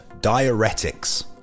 diuretics